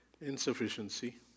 insufficiency